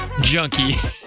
junkie